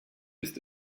ist